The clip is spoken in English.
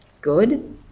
good